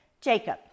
Jacob